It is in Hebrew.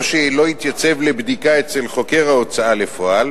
או שלא התייצב לבדיקה אצל חוקר ההוצאה לפועל,